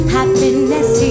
Happiness